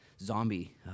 zombie